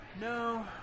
no